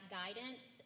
guidance